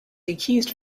accused